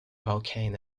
volcano